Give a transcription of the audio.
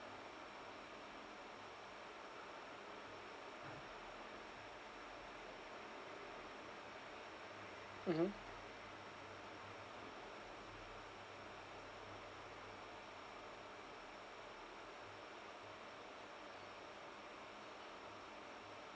mmhmm